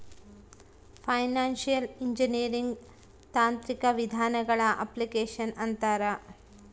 financial engineering ತಾಂತ್ರಿಕ ವಿಧಾನಗಳ application ಅಂತಾರ